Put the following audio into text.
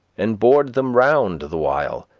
and board them round the while,